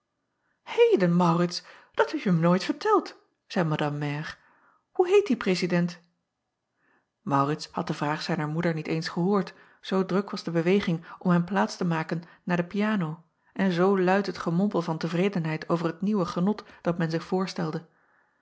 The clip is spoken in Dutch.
eden aurits dat hebje mij nooit verteld zeî madame mère hoe heet die prezident aurits had de vraag zijner moeder niet eens gehoord zoo druk was de beweging om hem plaats te maken naar de piano en zoo luid het gemompel van tevredenheid over het nieuwe genot dat men zich voorstelde